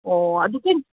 ꯑꯣ ꯑꯗꯨꯗꯤ